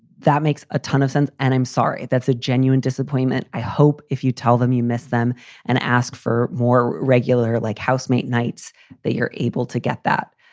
that makes a ton of sense. and i'm sorry. that's a genuine disappointment. i hope if you tell them you miss them and ask for more regular, like housemate nights that you're able to get that